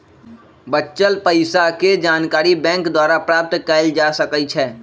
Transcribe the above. बच्चल पइसाके जानकारी बैंक द्वारा प्राप्त कएल जा सकइ छै